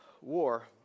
War